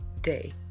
day